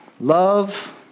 love